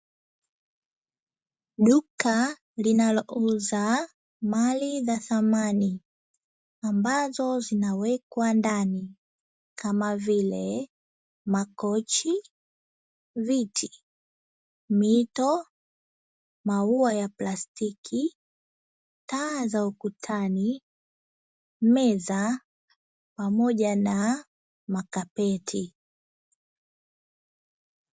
Duka linalouza mali za thamani, ambazo zinawekwa ndani kama vile: makochi, viti, mito ,maua ya plastiki, taa za ukutani, meza pamoja na makapeti.